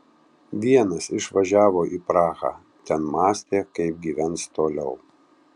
vienas išvažiavo į prahą ten mąstė kaip gyvens toliau